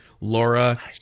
Laura